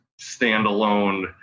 standalone